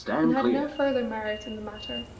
and had no further merit in the matter.